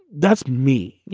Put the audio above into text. that's me. you